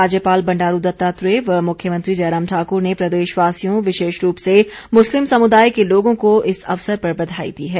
राज्यपाल बंडारू दत्तात्रेय व मुख्यमंत्री जयराम ठाकुर ने प्रदेशवासियों विशेष रूप से मुस्लिम समुदाय के लोगों को इस अवसर पर बधाई दी है